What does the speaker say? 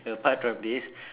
apart from this